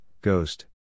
ghost